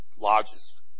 lodges